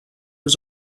was